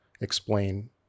explain